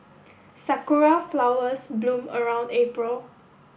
sakura flowers bloom around April